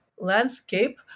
landscape